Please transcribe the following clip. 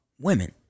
women